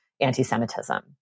anti-Semitism